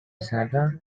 sandra